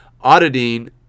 auditing